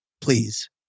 please